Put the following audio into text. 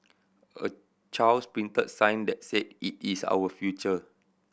a child's printed sign that said it is our future